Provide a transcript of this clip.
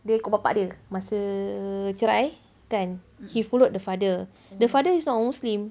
dia ikut bapa dia masa cerai kan he followed the father the father is not muslim